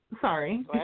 sorry